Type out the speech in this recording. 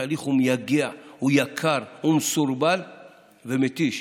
התהליך הוא מייגע, הוא יקר, הוא מסורבל ומתיש.